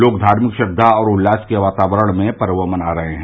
लोग धार्मिक श्रद्वा और उल्लास के वातावरण में पर्व मना रहे हैं